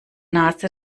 nase